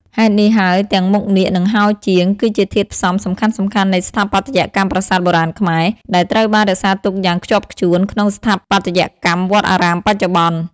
ហេតុនេះហើយ ទាំងមុខនាគ និងហោជាង គឺជាធាតុផ្សំសំខាន់ៗនៃស្ថាបត្យកម្មប្រាសាទបុរាណខ្មែរ ដែលត្រូវបានរក្សាទុកយ៉ាងខ្ជាប់ខ្ជួនក្នុងស្ថាបត្យកម្មវត្តអារាមបច្ចុប្បន្ន។